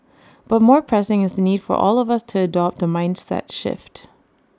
but more pressing is the need for all of us to adopt A mindset shift